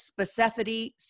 specificity